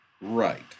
Right